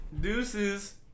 Deuces